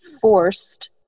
forced